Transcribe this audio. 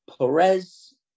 Perez